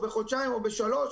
בחודשיים או בשלושה,